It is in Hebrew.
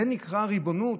זה נקרא ריבונות?